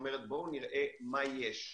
אומרת בואו נראה מה יש,